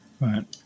Right